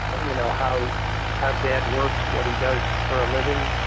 you know, how how dad works, what he does for a living.